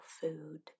food